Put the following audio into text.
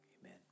amen